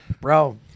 Bro